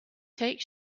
take